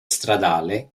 stradale